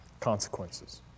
consequences